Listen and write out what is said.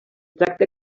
tracta